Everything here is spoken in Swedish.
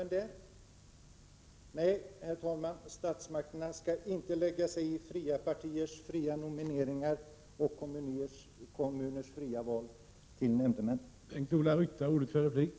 Nej, herr talman, statsmakterna skall inte lägga sig i fria partiers fria nomineringar och kommuners fria val av nämndemän.